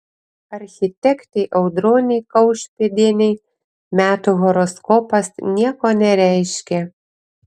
architektei audronei kaušpėdienei metų horoskopas nieko nereiškia